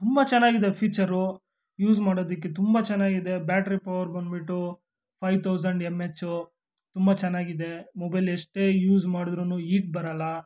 ತುಂಬ ಚೆನ್ನಾಗಿದೆ feature use ಮಾಡೋದಕ್ಕೆ ತುಂಬ ಚೆನ್ನಾಗಿದೆ ಬ್ಯಾಟ್ರಿ ಪವರ್ ಬಂದುಬಿಟ್ಟು ಫೈವ್ ತೌಸಂಡ್ ಎಮ್ ಎಚ್ಚು ತುಂಬ ಚೆನ್ನಾಗಿದೆ ಮೊಬೈಲ್ ಎಷ್ಟೇ ಯೂಸ್ ಮಾಡ್ದ್ರೂ ಈಟ್ ಬರೋಲ್ಲ